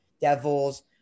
Devils